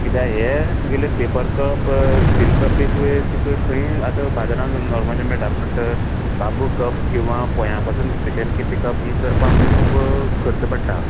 कित्या हें तुगेले पेपर कप स्टील कप बी तुवे तुका खंय आतां बाजरान नोर्मली मेळटात बट बाम्बू कप्स किंवां पोया पासून स्पॅशल केल्ली कप्स हीं करपाक आमकां खूब खर्च पडटा